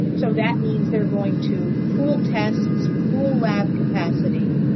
so that means they're going to pool test pool lab capacity.